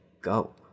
go